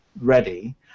ready